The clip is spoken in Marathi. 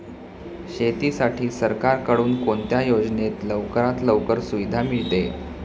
शेतीसाठी सरकारकडून कोणत्या योजनेत लवकरात लवकर सुविधा मिळते?